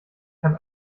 kann